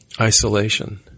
isolation